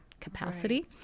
capacity